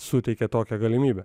suteikė tokią galimybę